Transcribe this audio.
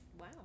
Wow